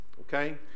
okay